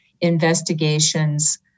investigations